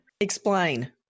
Explain